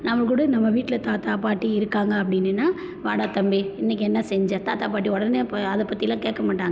நம்ம கூட நம்ம வீட்டில் தாத்தா பாட்டி இருக்காங்க அப்டின்னா வாடா தம்பி இன்னைக்கு என்ன செஞ்ச தாத்தா பாட்டி உடனே அதை பற்றிலாம் கேட்க மாட்டாங்க